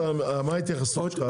גושן, מה ההתייחסות שלך?